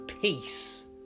peace